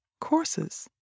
courses